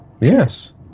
Yes